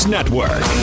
Network